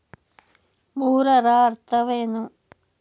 ಮೂರರ ಅರ್ಥವೇನು?